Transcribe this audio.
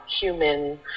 human